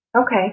Okay